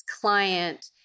client